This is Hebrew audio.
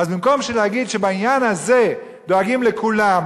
אז במקום שנגיד שבעניין הזה דואגים לכולם,